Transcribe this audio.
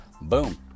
boom